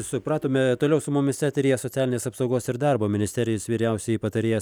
supratome toliau su mumis eteryje socialinės apsaugos ir darbo ministerijos vyriausioji patarėja